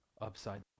upside